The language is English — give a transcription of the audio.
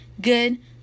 good